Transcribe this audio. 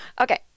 Okay